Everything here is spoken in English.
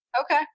Okay